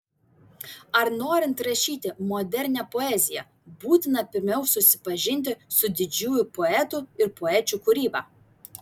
ar norint rašyti modernią poeziją būtina pirmiau susipažinti su didžiųjų poetų ir poečių kūryba